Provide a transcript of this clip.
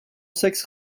sexe